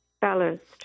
Balanced